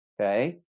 Okay